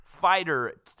Fighter